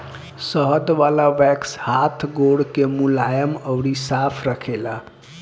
शहद वाला वैक्स हाथ गोड़ के मुलायम अउरी साफ़ रखेला